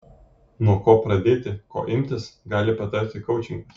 nuo ko pradėti ko imtis gali patarti koučingas